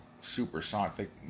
supersonic